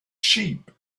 sheep